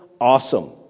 awesome